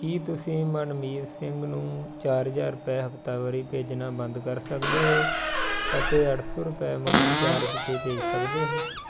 ਕੀ ਤੁਸੀਂ ਮਨਮੀਤ ਸਿੰਘ ਨੂੰ ਚਾਰ ਹਜ਼ਾਰ ਰੁਪਏ ਹਫ਼ਤਾਵਾਰੀ ਭੇਜਣਾ ਬੰਦ ਕਰ ਸਕਦੇ ਹੋ ਅਤੇ ਅੱਠ ਸੌ ਰੁਪਏ ਮੁਫ਼ਤ ਚਾਰਜ 'ਤੇ ਭੇਜ ਸਕਦੇ ਹੋ